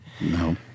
No